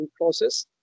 process